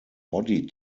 body